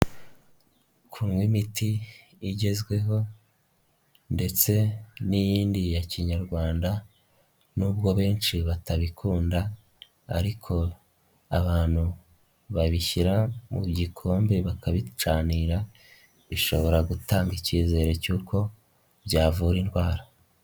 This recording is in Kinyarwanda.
Kunywa imiti igezweho ndetse n'iyindi ya kinyarwanda, n'ubwo benshi batabikunda ariko abantu babishyira mu gikombe bakabicanira, bishobora gutanga icyizere cy'uko byavura indwara.